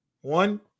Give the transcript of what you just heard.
One